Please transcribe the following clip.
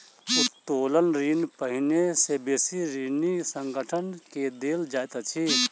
उत्तोलन ऋण पहिने से बेसी ऋणी संगठन के देल जाइत अछि